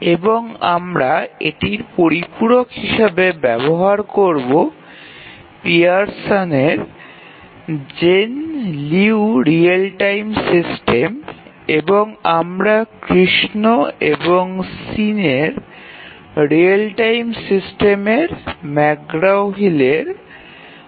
এবং আমরা এটির পরিপূরক হিসাবে ব্যবহার করব পিয়ারসনের Jane Liu real time system এবং আমরা কৃষ্ণ এবং শিনের real time system McGraw Hill উল্লেখ করব